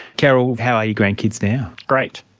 carol, how are your grandkids now? great,